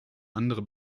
andere